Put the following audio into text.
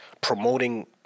promoting